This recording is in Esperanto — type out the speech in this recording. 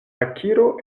akiro